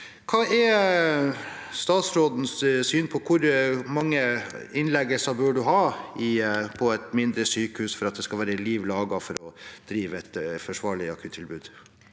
Hva er statsrådens syn på hvor mange innleggelser en bør ha på et mindre sykehus for at det skal være liv laga for å drive et forsvarlig akuttilbud?